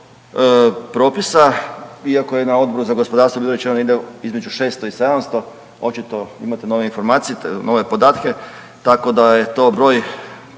propisa iako je na Odboru za gospodarstvo bilo rečeno negdje između 600 i 700, očito imate nove informacije, nove podatke tako da je to broj